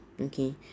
okay